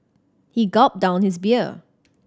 he gulped down his beer